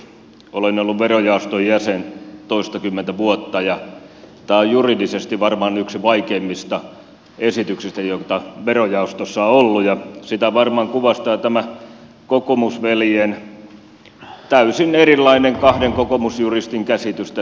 olen ollut verojaoston jäsen toistakymmentä vuotta ja tämä on juridisesti varmaan yksi vaikeimmista esityksistä joita verojaostossa on ollut ja sitä varmaan kuvastaa tämä kokoomusveljien täysin erilainen kahden kokoomusjuristin käsitys tästä laista